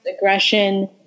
aggression